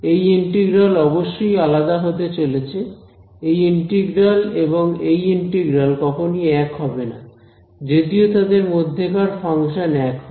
এই ইন্টিগ্রাল অবশ্যই আলাদা হতে চলেছে এই ইন্টিগ্রাল এবং এই ইন্টিগ্রাল কখনোই এক হবে না যদিও তাদের মধ্যে কার ফাংশন এক হয়